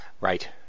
Right